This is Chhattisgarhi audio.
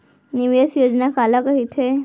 निवेश योजना काला कहिथे?